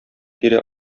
тирә